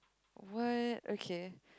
what okay